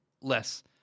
less